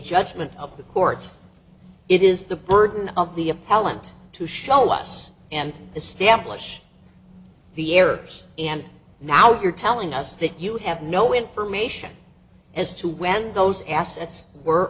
judgment of the court it is the burden of the appellant to show us and establish the errors and now you're telling us that you have no information as to when those assets were